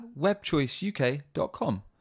webchoiceuk.com